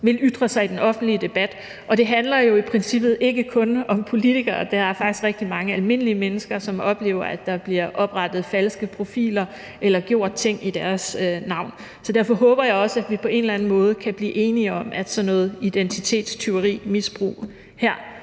vil ytre sig i den offentlige debat, på. Og det handler jo i princippet ikke kun om politikere; der er faktisk rigtig mange almindelige mennesker, som oplever, at der bliver oprettet falske profiler eller gjort ting i deres navn. Så derfor håber jeg også, at vi på en eller anden måde kan blive enige om, at sådan noget identitetstyveri/-misbrug bør